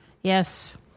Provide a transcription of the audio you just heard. yes